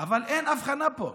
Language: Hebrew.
אבל אין הבחנה פה.